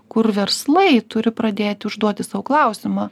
kur verslai turi pradėti užduoti sau klausimą